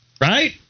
right